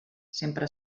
sempre